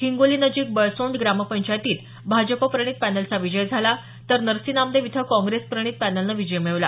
हिंगोली नजिक बळसोंड ग्रामपंचायतीत भाजपप्रणीत पॅनलचा विजय झाला तर नर्सी नामदेव इथं काँग्रेसप्रणीत पॅनलने विजय मिळवला